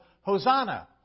Hosanna